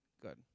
Good